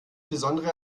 besondere